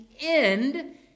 end